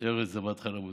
ארץ זבת חלב ודבש".